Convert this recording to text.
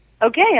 Okay